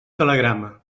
telegrama